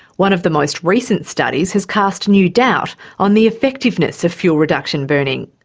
one of the most recent studies has cast new doubt on the effectiveness of fuel reduction burning.